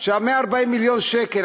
140 מיליון שקל.